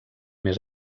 més